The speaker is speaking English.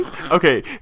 Okay